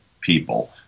people